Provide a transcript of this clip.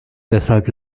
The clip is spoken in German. deshalb